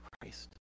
Christ